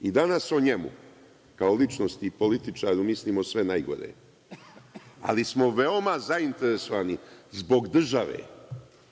I danas o njemu kao o ličnosti i političaru mislimo sve najgore, ali smo veoma zainteresovani, zbog države,